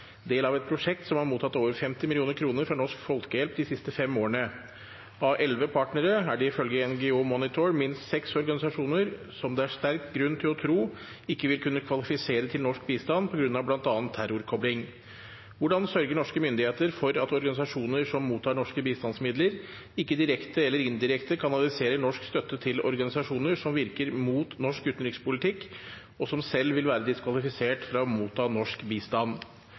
del av prosjekter som indirekte mottar bistandsstøtte ved at de mottar støtte fra NGO-er, som igjen mottar norsk bistandsstøtte til sine prosjekter. Mitt spørsmål til statsråden er derfor hvordan norske myndigheter sørger for at organisasjoner som mottar norske bistandsmidler, ikke direkte eller indirekte kanaliserer norsk pengestøtte til organisasjoner som motvirker norsk utenrikspolitikk, og som selv vil kunne være diskvalifisert fra å motta norsk